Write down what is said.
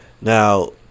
Now